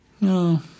No